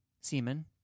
Semen